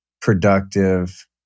productive